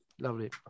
Lovely